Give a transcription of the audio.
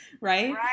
Right